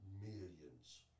millions